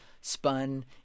spun